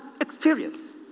experience